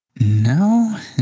No